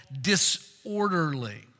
disorderly